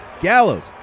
Gallows